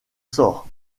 sort